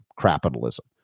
capitalism